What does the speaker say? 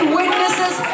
witnesses